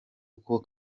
uko